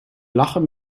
lachen